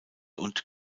und